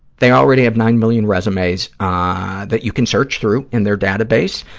they already have nine million resumes ah that you can search through in their database.